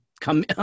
come